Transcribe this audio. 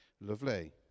Lovely